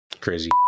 crazy